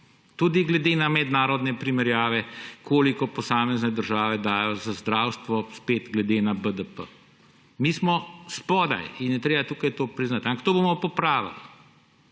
Tudi glede na mednarodne primerjave, koliko posamezne države dajo za zdravstvo, spet glede na BDP. Mi smo spodaj in je treba tukaj to priznati. Ampak to bomo popravili.